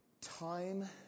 time